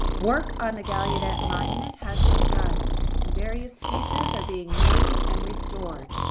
work on the gallaudet monument has begun and various pieces are being made and restored.